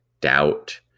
doubt